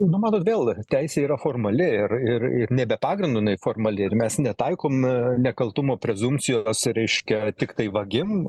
nu matot vėl teisė yra formali ir ir ir ne be pagrindo jinai formali ir mes netaikom nekaltumo prezumpcijos reiškia tiktai vagim